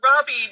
Robbie